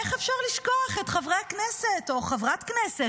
איך אפשר לשכוח את חברי הכנסת או חברת כנסת